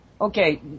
okay